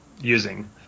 using